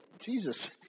Jesus